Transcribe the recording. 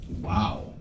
Wow